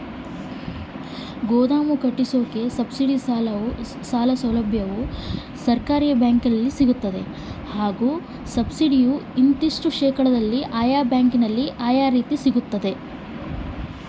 ಗೋದಾಮು ಕಟ್ಟೋಕೆ ಸಬ್ಸಿಡಿ ಸಾಲ ಸೌಲಭ್ಯ ಎಲ್ಲಿ ಸಿಗುತ್ತವೆ ಮತ್ತು ಎಷ್ಟು ಸಬ್ಸಿಡಿ ಬರುತ್ತೆ?